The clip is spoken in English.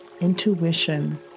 intuition